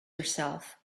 herself